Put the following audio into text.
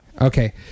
Okay